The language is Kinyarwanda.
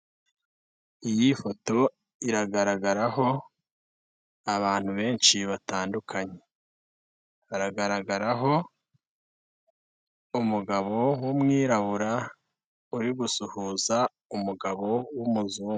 Iyi foto iragaragaraho abantu benshi batandukanye, hagaragaraho umugabo w'umwirabura, uri gusuhuza umugabo w'umuzungu.